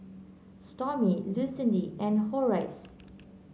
Stormy Lucindy and Horace